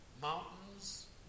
Mountains